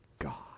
God